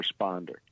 responder